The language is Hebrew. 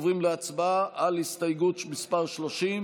מרמה והפרת אמונים.